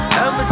I'ma